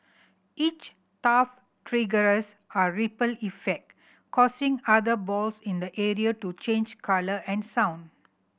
each touch triggers a ripple effect causing other balls in the area to change colour and sound